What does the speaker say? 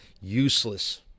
useless